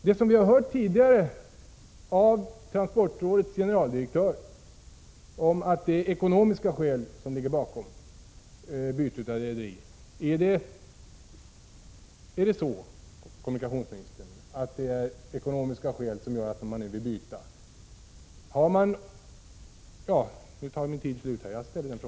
Som vi tidigare har hört från transportrådets generaldirektör, är det ekonomiska skäl som ligger bakom byte av rederi. Är det riktigt att det finns några sådana skäl, kommunikationsministern?